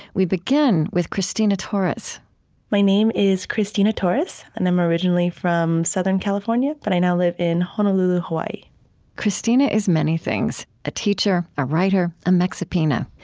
we begin with christina torres my name is christina torres, and i'm originally from southern california, but i now live in honolulu, hawaii christina is many things a teacher, a writer, a mexipina.